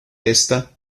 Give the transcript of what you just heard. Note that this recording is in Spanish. esta